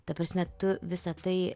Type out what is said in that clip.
ta prasme tu visa tai